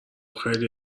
خیلی